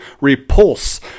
Repulse